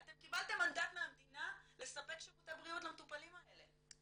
אתם קיבלתם מנדט מהמדינה לספק שירותי בריאות למטופלים האלה.